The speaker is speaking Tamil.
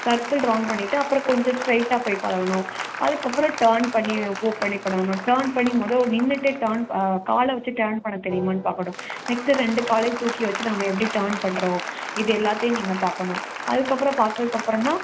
சர்க்கிள் ரவுண்ட் பண்ணிவிட்டு அப்புறம் கொஞ்சம் ஸ்ட்ரைட்டாக போய் பழகணும் அதுக்கப்புறம் டேர்ன் பண்ணி மூவ் பண்ணி பண்ணணும் டேர்ன் பண்ணி மொதோ நின்றுட்டே டேர்ன் காலை வச்சு டேர்ன் பண்ண தெரியுமானு பார்க்கணும் நெக்ஸ்ட்டு ரெண்டு காலையும் தூக்கி வச்சுட்டு நம்ம எப்படி டேர்ன் பண்ணுறோம் இது எல்லாத்தையும் நீங்கள் பார்க்கணும் அதுக்கப்புறம் பார்த்ததுக்கு அப்புறந்தான்